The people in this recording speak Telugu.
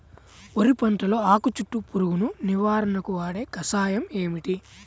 వరి పంటలో ఆకు చుట్టూ పురుగును నివారణకు వాడే కషాయం ఏమిటి?